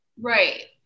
Right